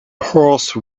horse